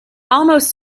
almost